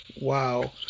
Wow